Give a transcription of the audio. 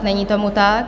Není tomu tak?